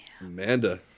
Amanda